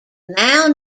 now